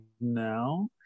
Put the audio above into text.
now